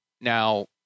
Now